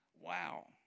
Wow